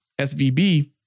SVB